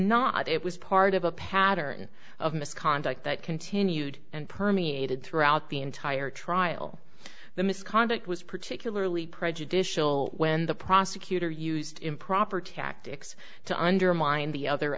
not it was part of a pattern of misconduct that continued and permeated throughout the entire trial the misconduct was particularly prejudicial when the prosecutor used improper tactics to undermine the other